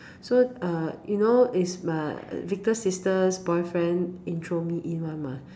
so uh you know it's my Victor's sister's boyfriend intro me in [one] mah